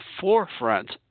forefront